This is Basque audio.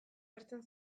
hartzen